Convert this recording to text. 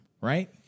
right